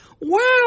Wow